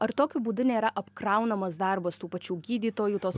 ar tokiu būdu nėra apkraunamas darbas tų pačių gydytojų tos